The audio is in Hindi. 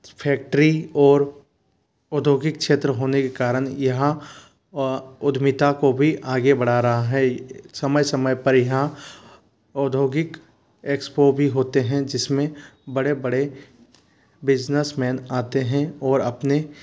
फ़ैक्ट्री और औद्योगिक क्षेत्र के होने के कारण यहाँ उद्यमिता को भी आगे बढ़ा रहा है समय समय पर यहाँ औद्योगिक एक्सपो भी होते हैं जिस में बड़े बड़े बिज़नेसमैन आते हैं और अपने